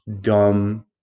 dumb